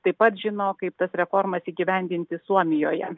taip pat žino kaip tas reformas įgyvendinti suomijoje